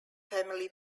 family